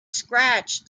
scratch